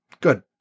good